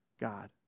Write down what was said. God